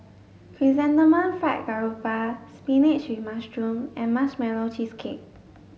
chrysanthemum fried garoupa spinach with mushroom and marshmallow cheesecake